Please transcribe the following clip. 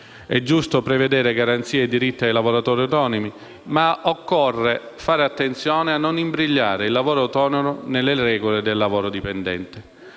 È giusto prevedere garanzie e diritti ai lavoratori autonomi, ma occorre fare attenzione a non imbrigliare il lavoro autonomo nelle regole del lavoro dipendente.